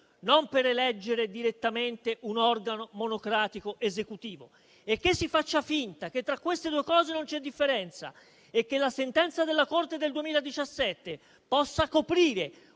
non per eleggere direttamente un organo monocratico esecutivo. Che si faccia finta che tra queste due cose non c'è differenza e che la sentenza della Corte del 2017 possa coprire